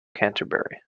canterbury